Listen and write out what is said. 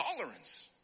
tolerance